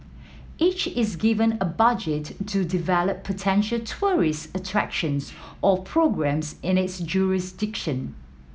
each is given a budget to develop potential tourist attractions or programmes in its jurisdiction